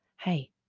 hey